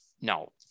No